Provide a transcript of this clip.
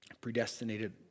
predestinated